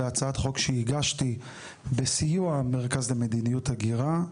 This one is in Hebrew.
בהצעת חוק שהגשתי וסיוע מרכז מדיניות הגירה,